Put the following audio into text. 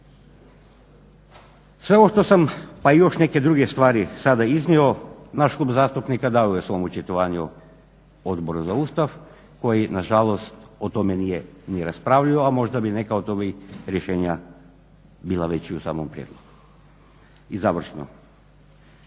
Sve ovo što sam, pa i još neke druge stvari sada iznio, naš klub zastupnika dao je u svom očitovanju Odbora za Ustav koji nažalost o tome nije ni raspravljao, a možda bi neka od ovih rješenja bila već i u samom prijedlogu. I završno,